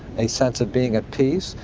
a sense of being at peace,